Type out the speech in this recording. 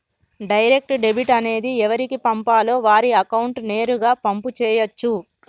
direct debit అనేది ఎవరికి పంపాలో వారి అకౌంట్ నేరుగా పంపు చేయచ్చు